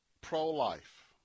pro-life